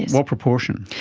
what proportion?